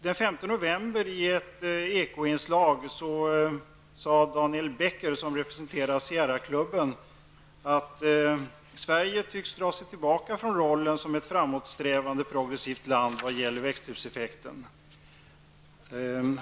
Den 5 november sade Daniel Becker, som representerar Sierra-klubben, i ett Ekoinslag att Sverige tycks dra sig tillbaka från rollen som ett framåtsträvande och progressivt land i fråga om växthuseffekten.